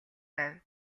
байв